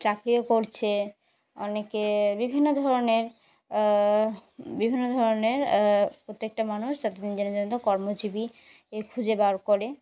চাকরিও করছে অনেকে বিভিন্ন ধরনের বিভিন্ন ধরনের প্রত্যেকটা মানুষ তাদের নিজেদের নিজেদের মতো কর্মজীবিকা এ খুঁজে বার করে